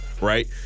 right